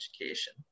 education